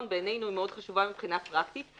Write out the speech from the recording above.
בעינינו היא מאוד חשובה מבחינה פרקטית,